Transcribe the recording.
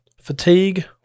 fatigue